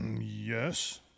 yes